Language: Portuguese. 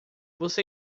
você